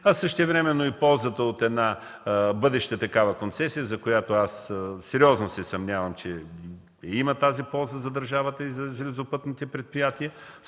а същевременно ползата от една бъдеща такава концесия, за която аз сериозно се съмнявам, че има полза за държавата и за железопътните предприятия.